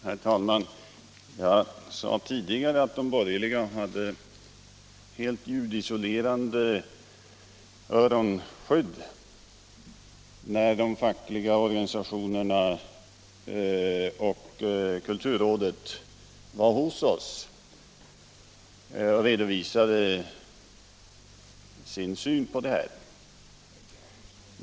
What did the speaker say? Herr talman! Jag har tidigare sagt att de borgerliga hade helt ljudisolerande öronskydd, när de fackliga organisationerna och kulturrådet var hos oss i kulturutskottet och redovisade sina synpunkter.